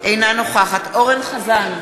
אינה נוכחת אורן אסף חזן,